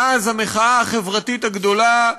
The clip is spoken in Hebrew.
מאז המחאה החברתית הגדולה,